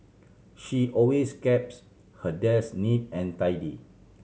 she always keeps her desk neat and tidy